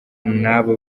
n’abo